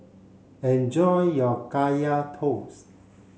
enjoy your Kaya Toast